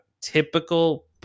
typical